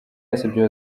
yasabye